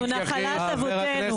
לימור סון הר מלך (עוצמה יהודית): זו נחלת אבותינו.